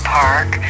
park